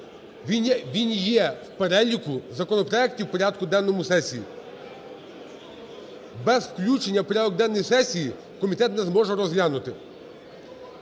Він є в переліку законопроектів в порядку денному сесії. Без включення в порядок денний сесії комітет не зможе розглянути.